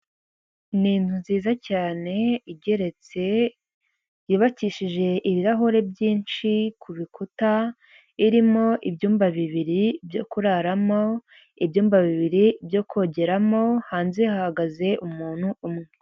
Ni inzu nziza cyane igeretse yubakishije ibirahure byinshi ku bikuta, irimo ibyumba bibiri byo kuraramo, ibyumba bibiri byo kongeramo, hanze hahagaze umuntu umwe.